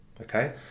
Okay